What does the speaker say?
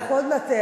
אנחנו עוד מעט,